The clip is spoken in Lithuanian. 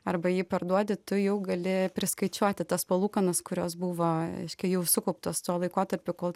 arba jį parduodi tu jau gali priskaičiuoti tas palūkanas kurios buvo reiškia jau sukauptos tuo laikotarpiu kol